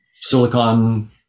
silicon